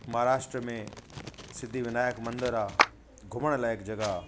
माहाराष्ट्र में सिद्धीविनायक मंदरु आहे घुमण लाइक़ु जॻह